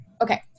okay